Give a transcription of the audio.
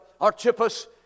Archippus